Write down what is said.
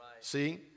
See